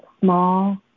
small